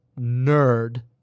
nerd